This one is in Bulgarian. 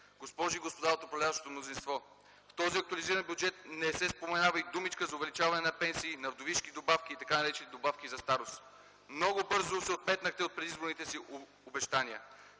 госпожи и господа от управляващото мнозинство, в този актуализиран бюджет не се споменава и думичка за увеличаване на пенсии, на вдовишки добавки и така наречените добавки за старост. Много бързо се отметнахте от предизборните си обещания.